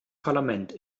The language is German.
parlament